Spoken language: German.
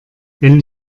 wenn